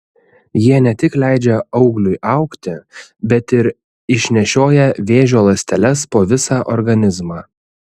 jie ne tik leidžia augliui augti bet ir išnešioja vėžio ląsteles po visą organizmą